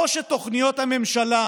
או שתוכניות הממשלה,